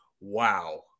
wow